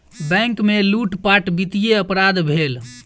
bank में लूटपाट वित्तीय अपराध भेल